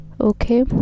okay